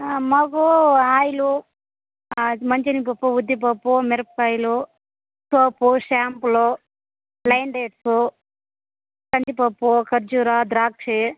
మాకు ఆయిల్ మంచి శెనగపప్పు ఉద్దిపప్పు మిరపకాయలు సోప్ షాంపూలు లయన్ డేట్స్ కందిపప్పు ఖర్జూర ద్రాక్ష